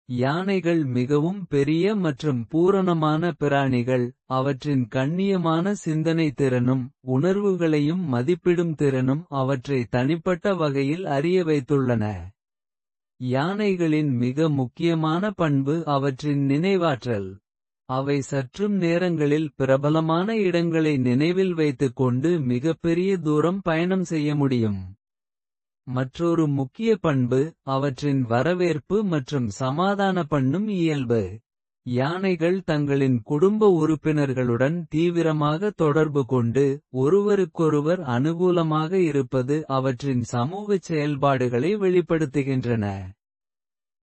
யானைகள் மிகவும் பெரிய மற்றும் பூரணமான பிராணிகள். அவற்றின் கண்ணியமான சிந்தனை திறனும். உணர்வுகளையும் மதிப்பிடும் திறனும் அவற்றை தனிப்பட்ட. வகையில் அறிய வைத்துள்ளன யானைகளின் மிக. முக்கியமான பண்பு அவற்றின் நினைவாற்றல். அவை சற்றும் நேரங்களில் பிரபலமான இடங்களை நினைவில். வைத்துக் கொண்டு மிகப்பெரிய தூரம் பயணம் செய்ய முடியும். மற்றொரு முக்கிய பண்பு அவற்றின் வரவேற்பு மற்றும் சமாதான. பண்ணும் இயல்பு யானைகள் தங்களின் குடும்ப உறுப்பினர்களுடன். தீவிரமாக தொடர்பு கொண்டு ஒருவருக்கொருவர் அனுகூலமாக. இருப்பது அவற்றின் சமூகச் செயல்பாடுகளை வெளிப்படுத்துகின்றன.